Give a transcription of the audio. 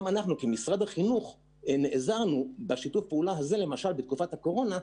גם אנחנו כמשרד חינוך נעזרנו בשיתוף הפעולה הזה בתקופת הקורונה.